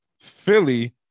Philly